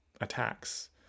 attacks